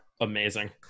amazing